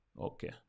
Okay